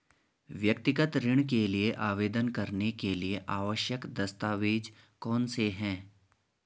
व्यक्तिगत ऋण के लिए आवेदन करने के लिए आवश्यक दस्तावेज़ कौनसे हैं?